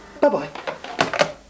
bye-bye